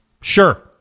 Sure